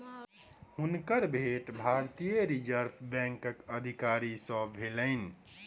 हुनकर भेंट भारतीय रिज़र्व बैंकक अधिकारी सॅ भेलैन